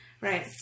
Right